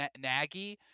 naggy